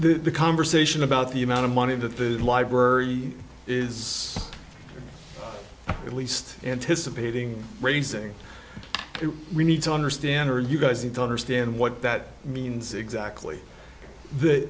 the conversation about the amount of money that the library is at least anticipating raising we need to understand are you guys need to understand what that means exactly the